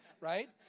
right